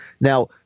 Now